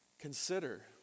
Consider